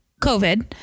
COVID